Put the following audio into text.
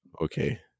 okay